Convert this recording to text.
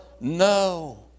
No